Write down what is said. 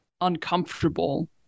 uncomfortable